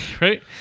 Right